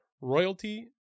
royalty